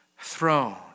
throne